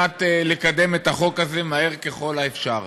לקדם את החוק הזה מהר ככל האפשר.